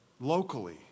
Locally